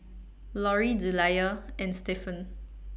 Lorri Delia and Stephan